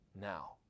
now